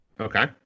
Okay